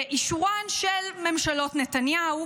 באישורן של ממשלות נתניהו,